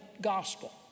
gospel